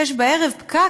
שש בערב פקק?